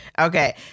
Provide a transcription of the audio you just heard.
Okay